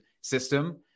system